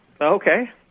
Okay